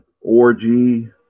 Orgy